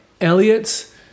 Elliot's